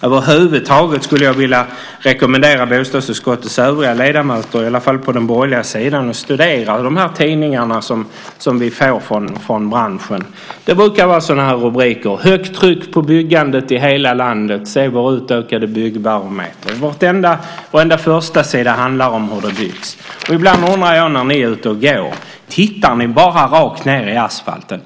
Över huvud taget skulle jag vilja rekommendera bostadsutskottets övriga ledamöter, i alla fall på den borgerliga sidan, att studera de tidningar som vi får från branschen. Där brukar det vara rubriker av typen: Högt tryck på byggandet i hela landet. Se vår utökade byggbarometer. Varenda förstasida handlar om hur det byggs. Ibland undrar jag om ni när ni är ute och går bara tittar rakt ned i asfalten.